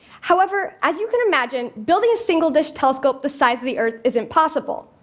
however, as you can imagine, building a single-dish telescope the size of the earth is impossible.